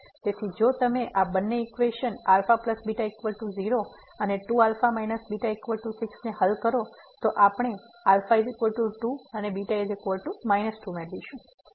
તેથી જો તમે આ બે ઇક્વેશન αβ0 અને 2α β6 ને હલ કરો તો આપણે α 2 અને β 2 મેળવીશું